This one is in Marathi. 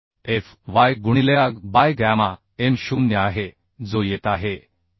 Fy गुणिलेAg बाय गॅमा M 0 आहे जो येत आहे 454